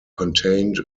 contained